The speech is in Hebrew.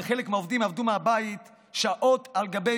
וחלק מהעובדים עבדו מהבית שעות על גבי